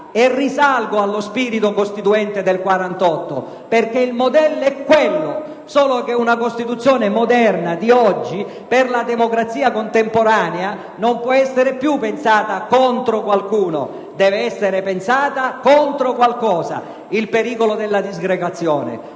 Risalgo allo spirito costituente del 1948, perché il modello è quello; solo che una Costituzione moderna, di oggi, per la democrazia contemporanea, non può essere più pensata contro qualcuno, bensì contro qualcosa: il pericolo della disgregazione.